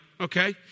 Okay